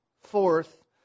fourth